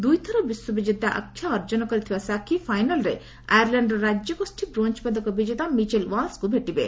ଦୁଇଥର ବିଶ୍ୱବିଜେତା ଆଖ୍ୟା ଅର୍ଜନ କରିଥିବା ସାକ୍ଷୀ ଫାଇନାଲ୍ରେ ଆୟାଲ୍ୟାଣ୍ଡର ରାଜ୍ୟଗୋଷୀ ବ୍ରୋଞ୍ଜ ପଦକ ବିଜେତା ମିଚେଲ୍ ୱାଲ୍ସଙ୍କୁ ଭେଟିବେ